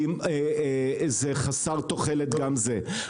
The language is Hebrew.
כי זה חסר תוחלת גם זה.